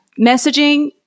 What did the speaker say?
messaging